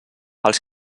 els